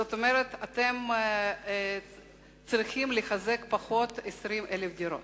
זאת אומרת שאתם צריכים לתחזק פחות 20,000 דירות.